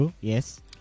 yes